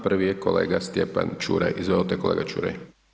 Prvi je kolega Stjepan Čuraj, izvolite kolega Čuraj.